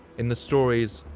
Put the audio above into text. in the stories,